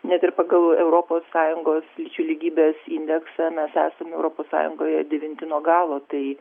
net ir pagal europos sąjungos lyčių lygybės indeksą mes esame europos sąjungoje devinti nuo galo tai